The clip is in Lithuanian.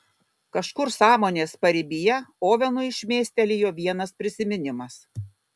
kažkur sąmonės paribyje ovenui šmėstelėjo vienas prisiminimas